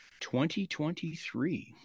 2023